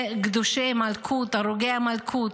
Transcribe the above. זה קדושי מלכות, הרוגי המלכות.